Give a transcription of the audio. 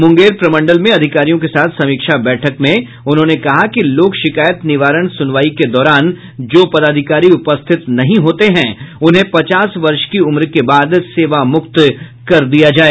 मूंगेर प्रमंडल में अधिकारियों के साथ समीक्षा बैठक में उन्होंने कहा कि लोक शिकायत निवारण सुनवाई के दौरान जो पदाधिकारी उपस्थित नहीं होते हैं उन्हें पचास वर्ष की उम्र के बाद सेवामुक्त कर दिया जाय